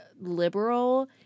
liberal